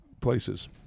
places